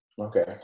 Okay